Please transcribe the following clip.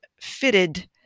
fitted